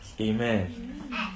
Amen